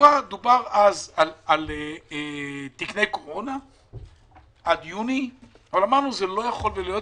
דובר אז על תקני קורונה עד יוני אבל אמרנו שזה לא יכול להיות.